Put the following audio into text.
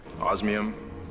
Osmium